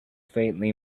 faintly